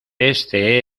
este